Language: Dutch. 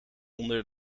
onder